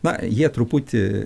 na jie truputį